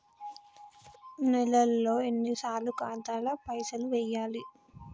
నెలలో ఎన్నిసార్లు ఖాతాల పైసలు వెయ్యాలి?